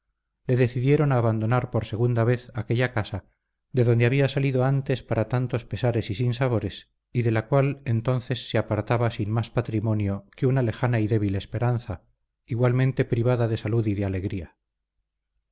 le decidieron a abandonar por segunda vez aquella casa de donde había salido antes para tantos pesares y sinsabores y de la cual entonces se apartaba sin más patrimonio que una lejana y débil esperanza igualmente privada de salud y de alegría